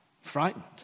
frightened